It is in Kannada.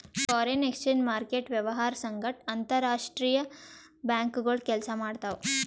ಫಾರೆನ್ ಎಕ್ಸ್ಚೇಂಜ್ ಮಾರ್ಕೆಟ್ ವ್ಯವಹಾರ್ ಸಂಗಟ್ ಅಂತರ್ ರಾಷ್ತ್ರೀಯ ಬ್ಯಾಂಕ್ಗೋಳು ಕೆಲ್ಸ ಮಾಡ್ತಾವ್